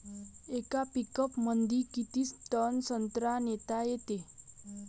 येका पिकअपमंदी किती टन संत्रा नेता येते?